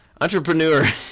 entrepreneur